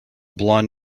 blond